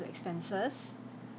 to expenses